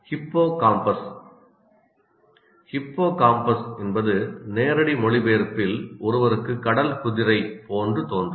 hippocampus hippocampus என்பது நேரடி மொழிபெயர்ப்பில் ஒருவருக்கு கடல் குதிரை போன்று தோன்றும்